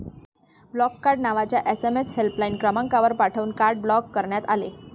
block card नावाचा SMS helpline क्रमांकावर पाठवून कार्ड ब्लॉक करण्यात आले